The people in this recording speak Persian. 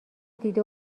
دیده